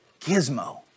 gizmo